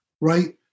right